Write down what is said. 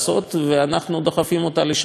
אנחנו דוחפים אותה לשם בכל הכוח,